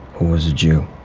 was a jew.